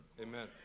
Amen